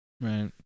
Right